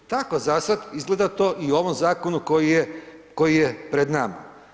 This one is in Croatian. Tako za sada izgleda to i u ovom zakonu koji je pred nama.